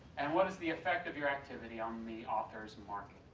and what is the effect of your activity on the author's market.